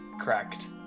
correct